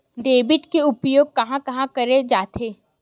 Debit के उपयोग कहां कहा करे जाथे?